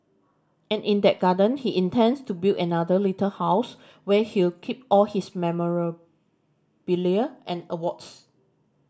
and in that garden he intends to build another little house where he'll keep all his memorabilia and awards